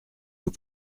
vous